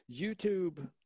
YouTube